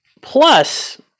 Plus